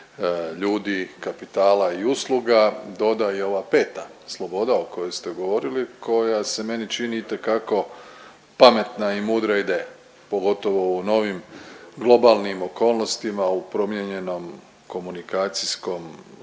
ljudi, kapitala i usluga doda i ova peta sloboda o kojoj ste govorili koja se meni čini itekako pametna i mudra ideja, pogotovo u novim globalnim okolnostima u promijenjenom komunikacijskom